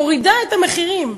מורידה את המחירים.